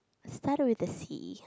it's starts with a C